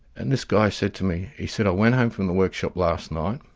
and this guy said to me, he said i went home from the workshop last night,